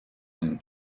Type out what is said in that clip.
when